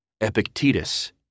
Epictetus